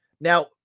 Now